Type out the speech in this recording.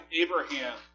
Abraham